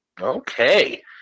Okay